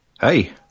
Hey